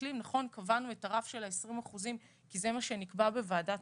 נכון שקבענו את הרף של ה-20% כי זה מה שנקבע בוועדת